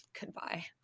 goodbye